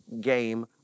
game